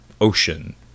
ocean